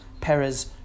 Perez